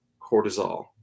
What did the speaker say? cortisol